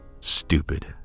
stupid